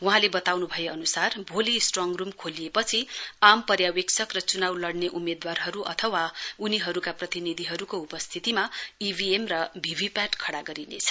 वहाँले बताउनुभए अनुसार भोलि स्ट्रङ रूम खोलिएपछि आम पर्यावेक्षक र चुनाउ लड्ने उम्मेद्वारहरू अथवा उनीहरूका प्रतिनिधिहरूको उपस्थितिमा इभीएम र भीभीपीएटी खडा गरिनेछ